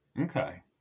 Okay